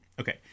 Okay